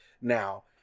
now